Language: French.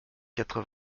quatre